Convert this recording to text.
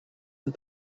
and